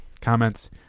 comments